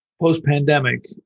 post-pandemic